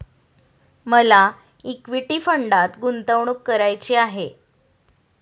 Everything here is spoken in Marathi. मला इक्विटी फंडात गुंतवणूक करायची आहे